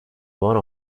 one